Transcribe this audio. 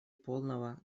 полного